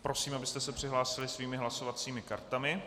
Prosím, abyste se přihlásili svými hlasovacími kartami.